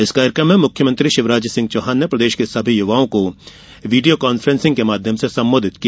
इस कार्यक्रम में मुख्यमंत्री शिवराज सिंह चौहान ने प्रदेश के सभी युवाओं को वीडियो कांफेंसिंग के माध्यम से संबोधित किया